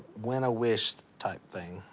win a wish type thing.